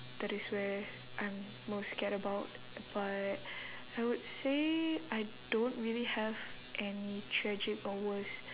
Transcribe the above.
that is where I'm most scared about but I would say I don't really have any tragic or worst